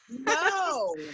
No